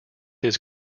his